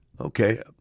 Okay